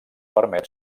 permet